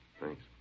Thanks